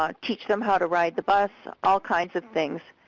ah teach them how to ride the bus, all kinds of things.